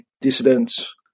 dissidents